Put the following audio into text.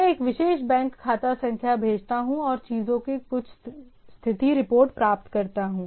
मैं एक विशेष बैंक खाता संख्या भेजता हूं और चीजों की कुछ स्थिति रिपोर्ट प्राप्त करता हूं